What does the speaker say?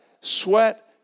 sweat